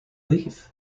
leave